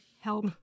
help